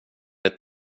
ett